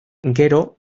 gero